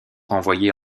renvoyé